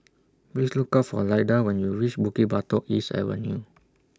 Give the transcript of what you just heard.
Please Look For Lyda when YOU REACH Bukit Batok East Avenue